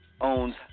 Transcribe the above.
Owns